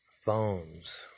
Phones